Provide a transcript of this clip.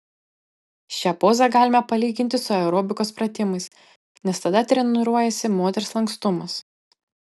šią pozą galima palyginti su aerobikos pratimais nes tada treniruojasi moters lankstumas